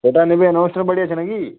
কটা নেবেন অনুষ্ঠান বাড়ি আছে নাকি